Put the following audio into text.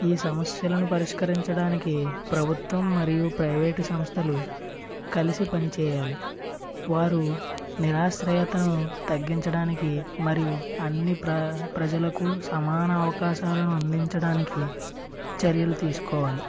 ఈ సమస్యలను పరిష్కరించడానికి ప్రభుత్వం మరియు ప్రైవేటు సంస్థలు కలిసి పని చేయాలి వారు నిరాశ్రయతను తగ్గించడానికి మరియు అన్ని ప్ర ప్రజలకు సమాన అవకాశాలను అందించడానికి చర్యలు తీసుకోవాలి